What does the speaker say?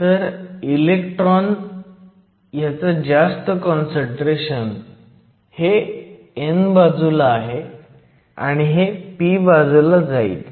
तर इलेक्ट्रॉनचं जास्त काँसंट्रेशन हे n बाजूला आहे आणि हे p बाजूला जाईल